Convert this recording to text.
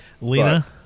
Lena